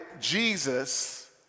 Jesus